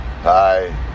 Hi